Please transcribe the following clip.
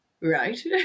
right